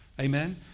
Amen